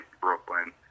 Brooklyn